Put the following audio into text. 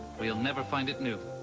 where you'll never find it new.